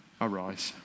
arise